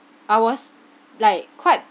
I was like quite